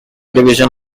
division